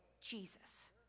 Jesus